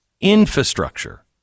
Infrastructure